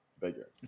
bigger